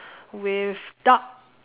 with dark